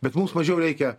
bet mums mažiau reikia